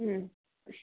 ಹ್ಞೂ